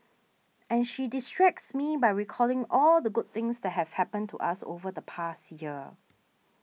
and she distracts me by recalling all the good things that have happened to us over the past year